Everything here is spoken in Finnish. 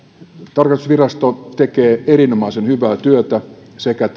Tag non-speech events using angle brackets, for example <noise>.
tarkastusvirasto tekee erinomaisen hyvää työtä sekä <unintelligible>